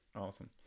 awesome